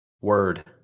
Word